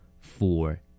Four